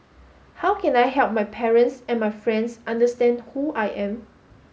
how can I help my parents and my friends understand who I am